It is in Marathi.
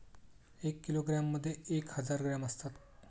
एक किलोग्रॅममध्ये एक हजार ग्रॅम असतात